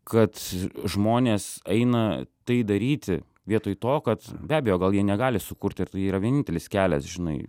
kad žmonės aina tai daryti vietoj to kad be abejo gal jie negali sukurti ir tai yra vienintelis kelias žinai